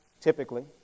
typically